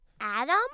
Adam